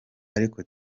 ariko